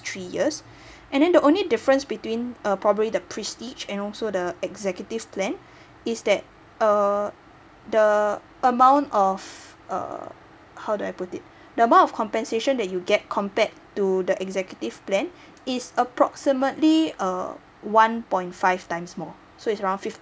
three years and then the only difference between uh probably the prestige and also the executive plan is that uh the amount of err how do I put it the amount of compensation that you get compared to the executive plan it's approximately uh one point five times more so is around fifty